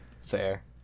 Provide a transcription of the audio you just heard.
Fair